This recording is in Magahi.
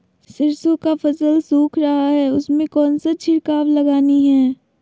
सरसो का फल सुख रहा है उसमें कौन सा छिड़काव लगानी है?